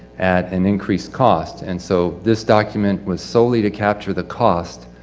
at an increased cost. and so this document was solely to capture the cost,